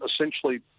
essentially